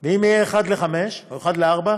ואם תהיה אחת לחמישה, או אחת לארבעה,